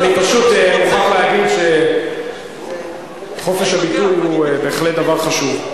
אני פשוט מוכרח להגיד שחופש הביטוי הוא בהחלט דבר חשוב.